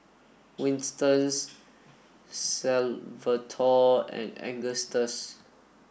Winston Salvatore and Agustus